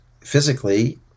physically